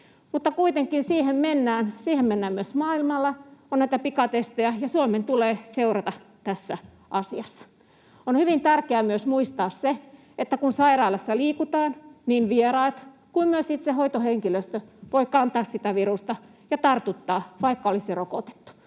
mennään, siihen mennään myös maailmalla — on näitä pikatestejä — ja Suomen tulee seurata tässä asiassa. On hyvin tärkeää myös muistaa se, että kun sairaalassa liikutaan, niin sekä vieraat että myös itse hoitohenkilöstö voivat kantaa sitä virusta ja tartuttaa, vaikka olisi rokotettu.